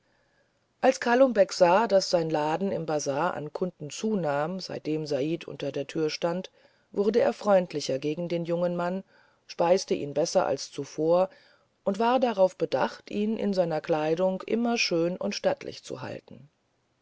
als kalum beck sah daß sein laden im bazar an kunden zunahm seitdem said unter der türe stand wurde er freundlicher gegen den jungen mann speiste ihn besser als zuvor und war darauf bedacht ihn in seiner kleidung immer schön und stattlich zu halten